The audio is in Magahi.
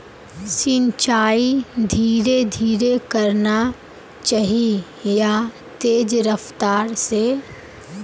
सिंचाई धीरे धीरे करना चही या तेज रफ्तार से?